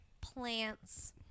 plants